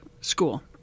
school